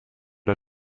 der